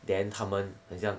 then 他们很像